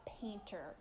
painter